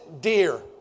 deer